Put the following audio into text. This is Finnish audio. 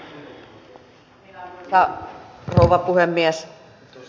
arvoisa rouva puhemies